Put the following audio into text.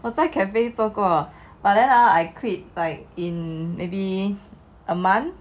我在 cafe 做过 but then I quit like in maybe a month